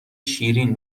شیرین